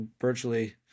virtually